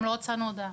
גם לא הוצאנו הודעה.